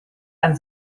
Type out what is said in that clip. ein